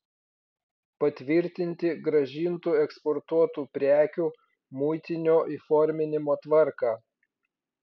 patvirtinti grąžintų eksportuotų prekių muitinio įforminimo tvarką